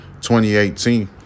2018